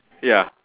ya